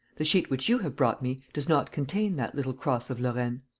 the sheet which you have brought me does not contain that little cross of lorraine.